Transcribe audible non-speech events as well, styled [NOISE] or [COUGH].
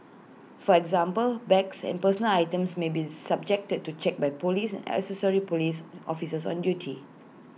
for example bags and personal items may be subjected to checks by Police [UNINTELLIGIBLE] Police officers on duty